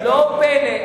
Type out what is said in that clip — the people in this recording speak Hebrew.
אתה באמת מרגיע.